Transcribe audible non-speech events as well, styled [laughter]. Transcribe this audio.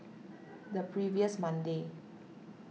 [noise] the previous Monday